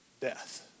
death